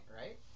right